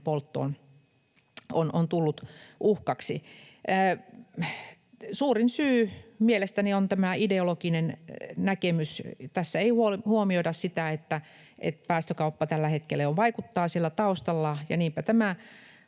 polttoon on tullut uhkaksi. Suurin syy mielestäni on tämä ideologinen näkemys. Tässä ei huomioida sitä, että päästökauppa tällä hetkellä jo vaikuttaa siellä taustalla,